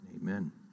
Amen